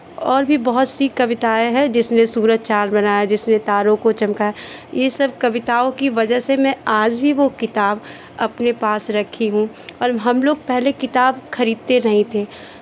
और भी बहुत सी कविताएँ हैं जिसने सूरज चाँद बनाया जिसने तारों को चमकाया ये सब कविताओं की वजह से मैं आज भी वो किताब अपने पास रखी हूँ और हम लोग पहले किताब खरीदते नहीं थे